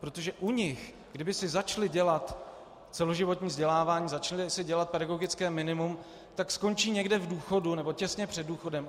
Protože u nich, kdyby si začali dělat celoživotní vzdělávání, začali si dělat pedagogické minimum, tak skončí někde v důchodu, nebo těsně před důchodem.